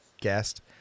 guest